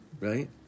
Right